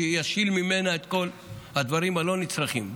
שישיל ממנה את כל הדברים הלא-נצרכים,